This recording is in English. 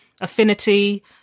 affinity